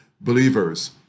believers